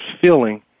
feeling